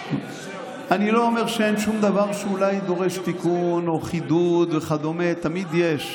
אני לא אומר שאין שום דבר שאולי דורש תיקון או חידוד וכדו'; תמיד יש.